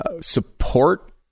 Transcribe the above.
support